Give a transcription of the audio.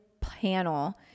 panel